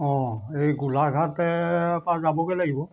অঁ এই গোলাঘাটৰপৰা যাবগৈ লাগিব